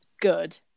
good